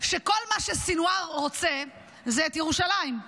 שכל מה שסנוואר רוצה זה את ירושלים,